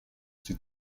she